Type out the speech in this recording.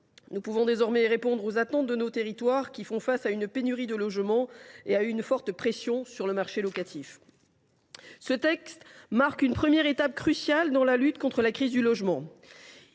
Nous pourrons désormais répondre aux attentes de nos territoires, qui font face à une pénurie de logements et où une forte pression s’exerce sur le marché locatif. Ce texte marque une première étape, et une étape cruciale, dans la lutte contre la crise du logement.